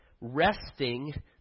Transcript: resting